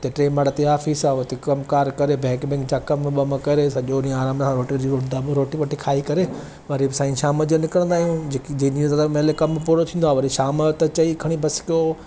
उते टे माड़े ते ऑफिस आहे उते कमकारि करे बैंक वैंक जा कमु वमु करे सॼो ॾींहुं आराम सां हिकदमि रोटी वोटी खाई करे वरी साईं शाम जो निकिरंदा आहियूं जेकी जेॾीमहिल कमु पूरो थींदो आहे वरी शाम जो त चयईं खणी बस्तो